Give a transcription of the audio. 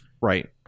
right